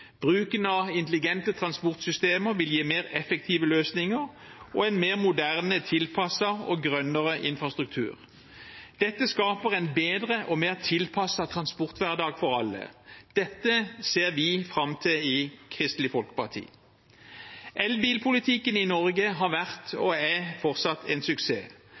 Bruken av intelligente transportsystemer vil gi mer effektive løsninger og en mer moderne, tilpasset og grønnere infrastruktur. Dette skaper en bedre og mer tilpasset transporthverdag for alle. Dette ser vi fram til i Kristelig Folkeparti. Elbilpolitikken i Norge har vært og er fortsatt en suksess.